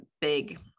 big